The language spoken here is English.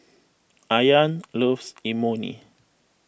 Ayaan loves Imoni